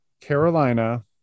Carolina